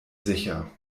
sicher